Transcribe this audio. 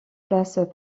places